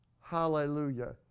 hallelujah